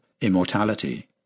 immortality